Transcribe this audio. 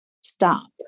stop